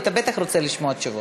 אתה בטח רוצה לשמוע תשובות.